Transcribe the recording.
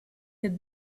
had